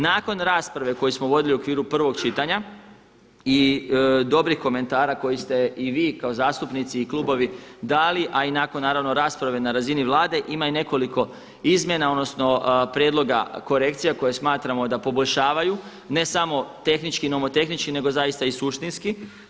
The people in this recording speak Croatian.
Nakon rasprave koju smo vodili u okviru prvog čitanja i dobrih komentara koji ste i vi kao zastupnici i klubovi dali, a i nakon rasprave na razini Vlade, ima i nekoliko izmjena odnosno prijedloga korekcija koje smatramo da poboljšavaju, ne samo tehnički i nomotehnički nego zaista i suštinski.